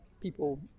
people